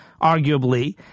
arguably